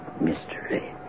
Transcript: mystery